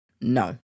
No